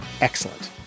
Excellent